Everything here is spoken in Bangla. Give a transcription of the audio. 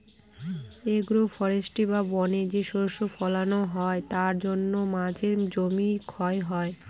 এগ্রো ফরেষ্ট্রী বা বনে যে শস্য ফলানো হয় তার জন্য মাঝের জমি ক্ষয় হয়